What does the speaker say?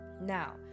now